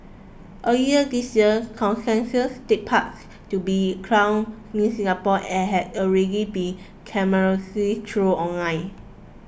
earlier this year take part to be crown Miss Singapore had already be troll online